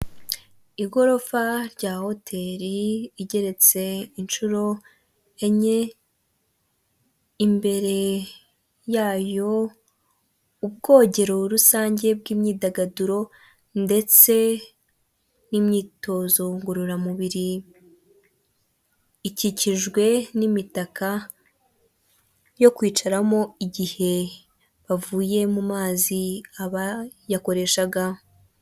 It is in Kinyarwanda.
Igorofa rya hoteli igeretse inshuro enye imbere yayo ubwogero rusange bw'imyidagaduro ndetse n'imyitozo ngororamubiri ikikijwe n'imitaka yo kwicaramo igihe bavuye mu mazi abayakoreshaga.